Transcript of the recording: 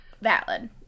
Valid